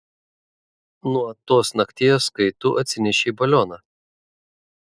nuo tos nakties kai tu atsinešei balioną